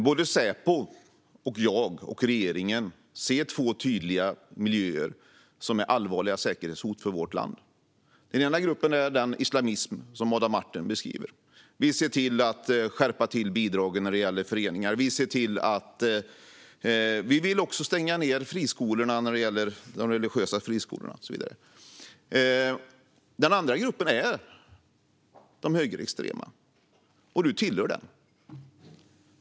Fru talman! Säpo, jag och regeringen ser två tydliga miljöer som är allvarliga säkerhetshot mot vårt land. Den ena gruppen står för den islamism som Adam Marttinen beskriver. Vi ser till att göra skärpningar när det gäller bidragen till föreningar. Vi vill också stänga ned de religiösa friskolorna. Den andra gruppen är de högerextrema. Du tillhör den gruppen, Adam Marttinen.